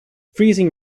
freezing